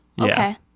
okay